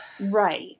Right